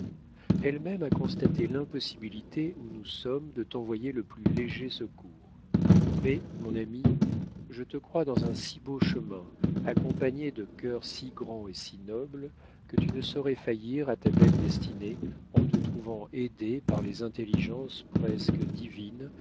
elle-même a constaté l'impossibilité où nous sommes de t'envoyer le plus léger secours mais mon ami je te crois dans un si beau chemin accompagné de cœurs si grands et si nobles que tu ne saurais faillir à ta belle destinée en te trouvant aidé par les intelligences presque divines